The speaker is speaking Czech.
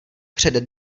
přede